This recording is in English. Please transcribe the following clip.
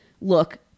look